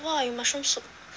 !wah! 有 mushroom soup